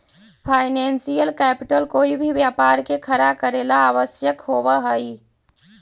financial capital कोई भी व्यापार के खड़ा करेला ला आवश्यक होवऽ हई